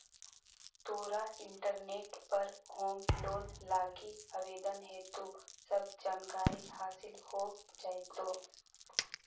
तोरा इंटरनेट पर home loan लागी आवेदन हेतु सब जानकारी हासिल हो जाएतो